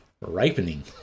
Ripening